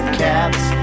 cats